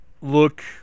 look